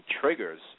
triggers